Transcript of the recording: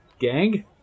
Gang